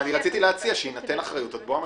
רציתי שתינתן אחריות עד בוא המשיח.